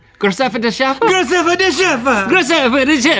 graceffa da cheffa? graceffa da cheffa! graceffa da yeah